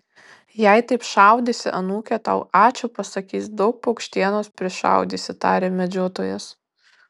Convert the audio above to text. jei taip šaudysi anūkė tau ačiū pasakys daug paukštienos prišaudysi tarė medžiotojas